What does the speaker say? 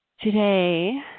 Today